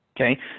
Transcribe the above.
Okay